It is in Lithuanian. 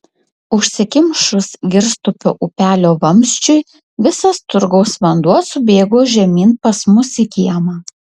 užsikimšus girstupio upelio vamzdžiui visas turgaus vanduo subėgo žemyn pas mus į kiemą